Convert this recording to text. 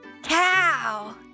cow